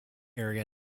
area